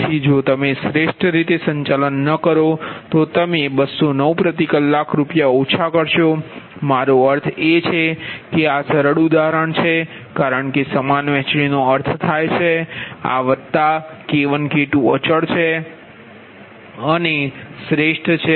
તેથી જો તમે શ્રેષ્ઠ રીતે સંચાલન ન કરો તો તમે 209 પ્રતિ કલાક રૂપિયા ઓછા કરશો મારો અર્થ એ કે આ સરળ ઉદાહરણ છે કારણ કે સમાન વહેંચણીનો અર્થ થાય છે કે આ વત્તા K1 K2 અચલ અને શ્રેષ્ઠ છે